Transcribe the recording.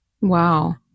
Wow